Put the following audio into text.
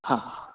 हा